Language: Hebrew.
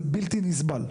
זה בלתי נסבל.